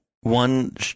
one